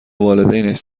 والدینش